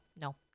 no